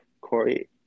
Corey